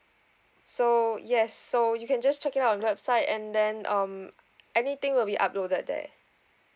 so yes so you can just check it out on our website and then um anything will be uploaded there